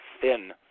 thin